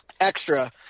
extra